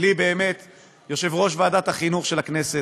בלי יושב-ראש ועדת החינוך של הכנסת,